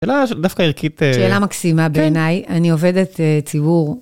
שאלה דווקא ערכית. שאלה מקסימה בעיניי, אני עובדת ציבור.